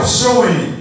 showing